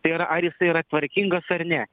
tai yra ar jisai yra tvarkingas ar ne